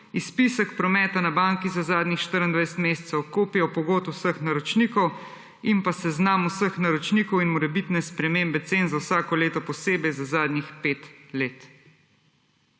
izpisek prometa na banki za zadnjih 24 mesecev, kopijo pogodb vseh naročnikov in pa seznam vseh naročnikov in morebitne spremembe cen za vsako leto posebej za zadnjih 5 let.